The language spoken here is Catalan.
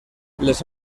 les